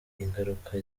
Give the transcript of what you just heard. ingaruka